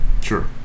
Sure